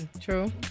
true